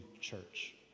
church